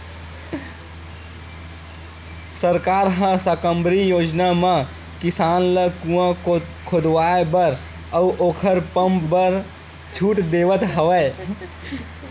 सरकार ह साकम्बरी योजना म किसान ल कुँआ खोदवाए बर अउ ओखर पंप बर छूट देवथ हवय